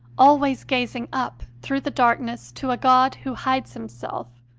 always gazing up through the darkness to a god who hides himself,